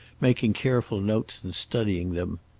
making careful notes and studying them.